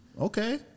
okay